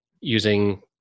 using